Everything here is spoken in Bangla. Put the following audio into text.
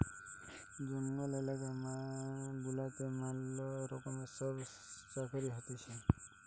জঙ্গল এলাকা গুলাতে ম্যালা রকমের সব চাকরি হতিছে